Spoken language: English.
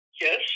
Yes